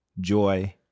joy